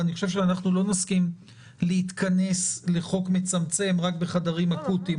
ואני חושב שלא נסכים להתכנס לחוק מצמצם רק בחדרים אקוטיים,